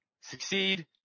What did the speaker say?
succeed